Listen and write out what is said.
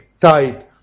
tight